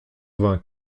vingt